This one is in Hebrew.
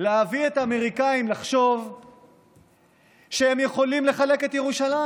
להביא את האמריקאים לחשוב שהם יכולים לחלק את ירושלים,